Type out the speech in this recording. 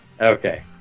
Okay